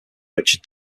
richard